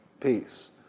peace